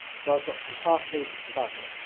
so, i have got some parsley and some basil.